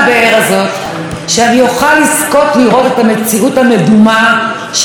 שאוכל לזכות לראות את המציאות המדומה שאתה מדבר עליה.